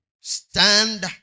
stand